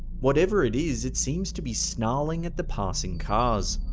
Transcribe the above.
whatever it is, it seems to be snarling at the passing cars.